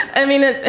i mean, ah